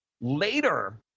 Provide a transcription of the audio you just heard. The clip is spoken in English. later